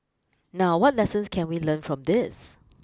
now what lessons can we learn from this